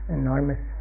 enormous